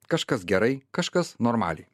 kažkas gerai kažkas normaliai